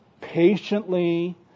patiently